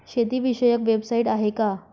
शेतीविषयक वेबसाइट आहे का?